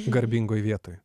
garbingoj vietoj